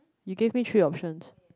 you gave me three options